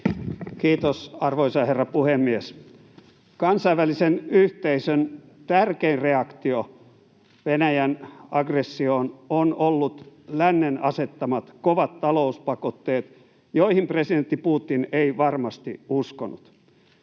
Kiitos, arvoisa herra puhemies! Kansainvälisen yhteisön tärkein reaktio Venäjän aggressioon on ollut lännen asettamat kovat talouspakotteet, joihin presidentti Putin ei varmasti uskonut.